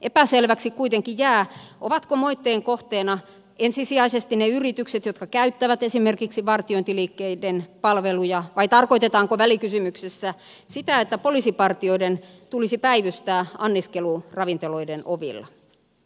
epäselväksi kuitenkin jää ovatko moitteen kohteena ensisijaisesti ne yritykset jotka käyttävät esimerkiksi vartiointiliikkeiden palveluja vai tarkoitetaanko välikysymyksessä sitä että poliisipartioiden tulisi päivystää anniskeluravintoloiden ovilla